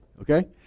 okay